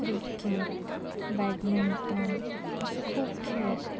cricket badminton असे खूप खेळ आहेत